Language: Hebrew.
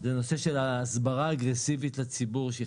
זה נושא של ההסברה האגרסיבית לציבור שהיא